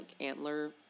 antler